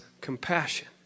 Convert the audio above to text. compassion